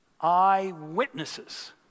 eyewitnesses